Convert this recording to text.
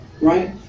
Right